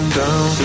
down